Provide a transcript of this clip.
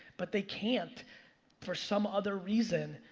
but they can't for some other reason.